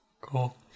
Cool